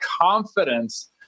confidence